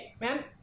Man